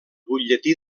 butlletí